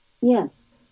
Yes